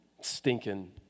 stinking